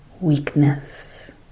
weakness